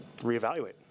reevaluate